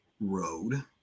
road